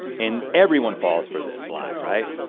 and everyone falls for this lie, right?